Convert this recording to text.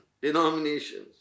denominations